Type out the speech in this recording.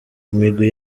imigwi